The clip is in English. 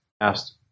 asked